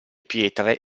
pietre